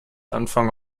anfang